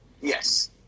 Yes